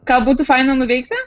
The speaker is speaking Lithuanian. ką būtų faina nuveikti